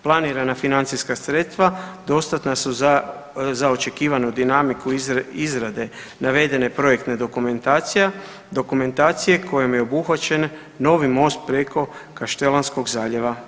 Planirana financijska sredstva dostatna su za očekivanu dinamiku izrade navedene projektne dokumentacije kojom je obuhvaćen novi most preko Kaštelanskog zaljeva.